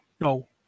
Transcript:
no